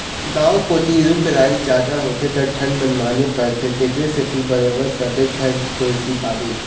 गाँव कोती रूख राई जादा होथे त ठंड मनमाने परथे तेखरे सेती बरोबर सबे घर गोरसी पाबे